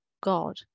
God